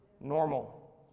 normal